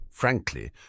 Frankly